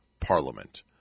Parliament